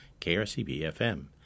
KRCB-FM